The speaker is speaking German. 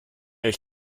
euch